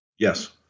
yes